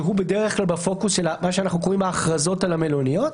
שהוא בדרך כלל בפוקוס של מה שאנחנו קוראים ההכרזות על המלוניות,